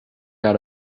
out